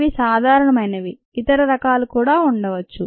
ఇవి సాధారణమైనవి ఇతర రకాలు కూడా ఉండవచ్చు